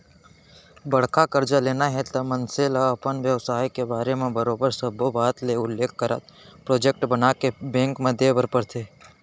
बड़का करजा लेना हे त मनसे ल अपन बेवसाय के बारे म बरोबर सब्बो बात के उल्लेख करत प्रोजेक्ट बनाके बेंक म देय बर परथे